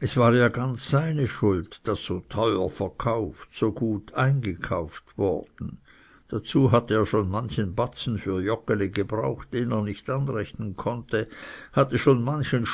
es war ja ganz seine schuld daß so teuer verkauft so gut eingekauft worden dazu hatte er schon manchen batzen für joggeli gebraucht den er nicht anrechnen konnte hatte schon manchen